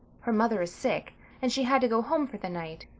her mother is sick and she had to go home for the night.